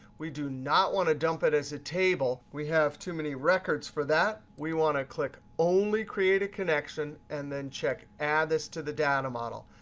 we do not want to dump it as a table. we have too many records for that. we want to click only create a connection, and then check add this to the data model.